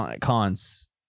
cons